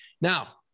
now